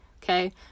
Okay